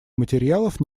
материалов